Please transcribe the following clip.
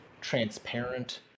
transparent